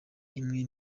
imwe